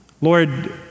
Lord